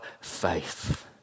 faith